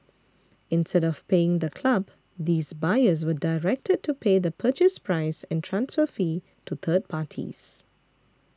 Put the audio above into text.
instead of paying the club these buyers were directed to pay the Purchase Price and transfer fee to third parties